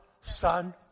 son